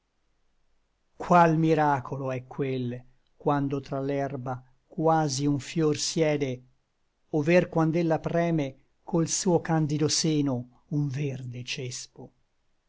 qual miracolo è quel quando tra l'erba quasi un fior siede over quand'ella preme col suo candido seno un verde cespo